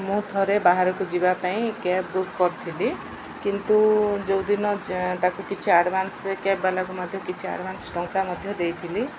ମୁଁ ଥରେ ବାହାରକୁ ଯିବା ପାଇଁ କ୍ୟାବ୍ ବୁକ୍ କରିଥିଲି କିନ୍ତୁ ଯେଉଁଦିନ ତାକୁ କିଛି ଆଡ଼ଭାନ୍ସ କ୍ୟାବ ବାଲାକୁ ମଧ୍ୟ କିଛି ଆଡ଼ଭାନ୍ସ ଟଙ୍କା ମଧ୍ୟ ଦେଇଥିଲି